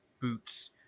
boots